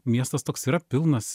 miestas toks yra pilnas